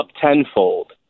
tenfold